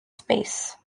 space